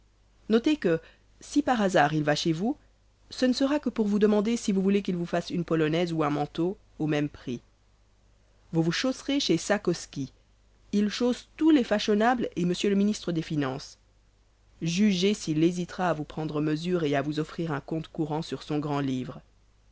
notez que si par hasard il va chez vous ce ne sera que pour vous demander si vous voulez qu'il vous fasse une polonaise ou un manteau au même prix vous vous chausserez chez sakoski il chausse tous les fashionables et m le ministre des finances jugez s'il hésitera à vous prendre mesure et à vous ouvrir un compte courant sur son grand-livre